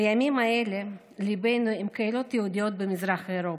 בימים האלה ליבנו עם הקהילות היהודיות במזרח אירופה.